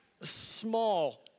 Small